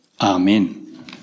Amen